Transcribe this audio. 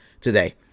today